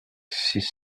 six